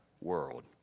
world